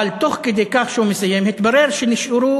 אבל תוך כדי כך שהוא מסיים התברר שנשארו